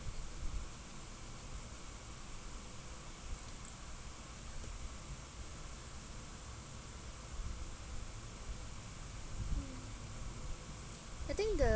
I think the